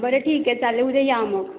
बरं ठीक आहे चालेल उद्या या मग